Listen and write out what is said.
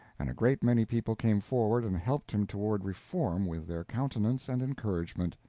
and a great many people came forward and helped him toward reform with their countenance and encouragement.